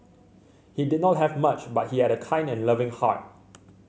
he did not have much but he had a kind and loving heart